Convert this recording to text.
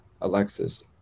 alexis